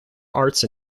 arts